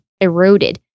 eroded